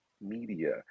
media